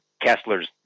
Kessler's